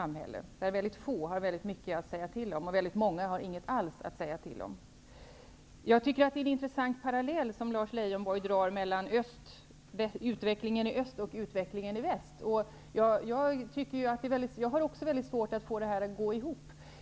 Väldigt få har väldigt mycket att säga till om, och väldigt många har inget alls att säga till om. Jag tycker att det är en intressant parallell som Lars Leijonborg drar mellan utvecklingen i öst och utvecklingen i väst. Jag har också svårt att få det här att gå ihop.